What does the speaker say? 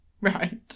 Right